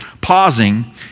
pausing